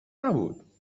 نبود